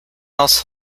else